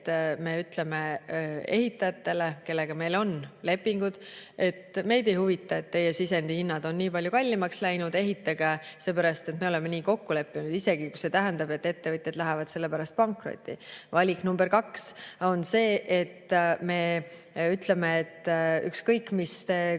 me ütleme ehitajatele, kellega meil on lepingud, et meid ei huvita, et teie sisendhinnad on nii palju kallimaks läinud, ehitage, seepärast et me oleme nii kokku leppinud, isegi kui see tähendab, et ettevõtjad lähevad sellepärast pankrotti. Valik nr 2 on see, et me ütleme, et ükskõik, kui